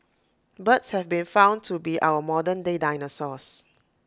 birds have been found to be our modern day dinosaurs